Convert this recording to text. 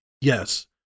Yes